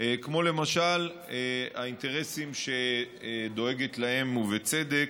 כמו למשל האינטרסים שדואגת להם, ובצדק,